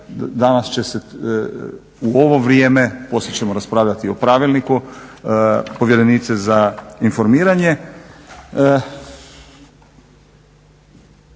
Danas će se u ovo vrijeme poslije ćemo raspravljati o pravilniku povjerenice za informiranje.